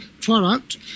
product